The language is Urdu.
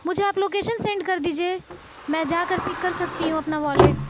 مجھے آپ لوکیشن سینڈ کر دیجیے میں جا کر پک کر سکتی ہوں اپنا والٹ